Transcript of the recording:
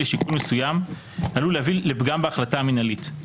לשיקול מסוים עלול להביא לפגם בהחלטה המנהלית.